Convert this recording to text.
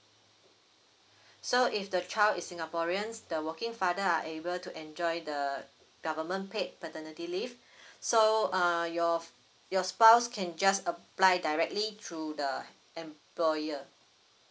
so if the child is singaporeans the working father are able to enjoy the government paid paternity leave so uh your of your spouse can just apply directly through the employer